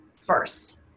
first